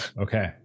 okay